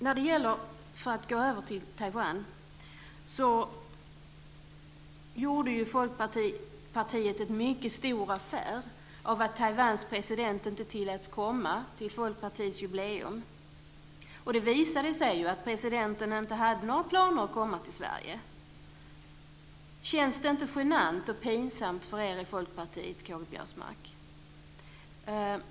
När det gäller Taiwan gjorde Folkpartiet stor affär av att Taiwans president inte tilläts komma till Folkpartiets jubileum. Det visade sig att presidenten inte hade några planer på att komma till Sverige. Känns detta inte genant för er i Folkpartiet, K-G Biörsmark?